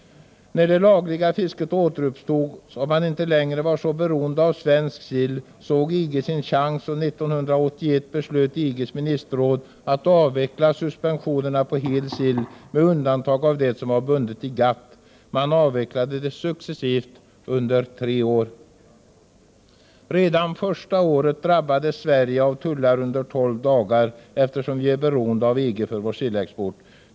När det lagliga fisket återupptogs och man inte längre var så beroende av svensk sill såg EG sin chans, och 1981 beslöt EG:s ministerråd att avveckla suspensionerna på hel sill med undantag av det som var bundet i GATT. Man avvecklade dem successivt under tre år. Redan första året drabbades Sverige av tullar under tolv dagar, eftersom vi är beroende av EG för vår sillexport.